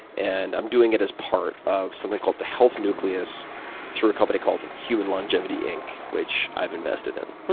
and i'm doing it as part of something called the health nucleus through a company called human longevity inc, which i've invested in.